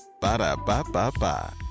Ba-da-ba-ba-ba